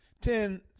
Ten